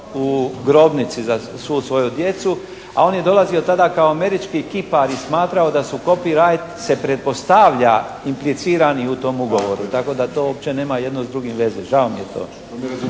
u grobnici za svu svoju djecu. A on je dolazio tada kao američki kipar i smatrao da su …/Govornik se ne razumije./… se pretpostavlja implicirani u tom ugovoru, tako da to uopće nema jedno s drugim veze. Žao mi je to.